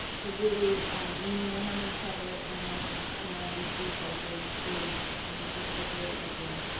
so really leaning in on each other and and sharing resources is a great idea.